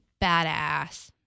badass